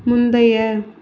முந்தைய